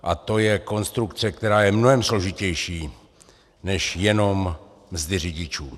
A to je konstrukce, která je mnohem složitější než jenom mzdy řidičů.